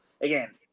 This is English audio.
again